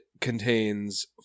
contains